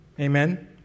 Amen